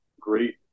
great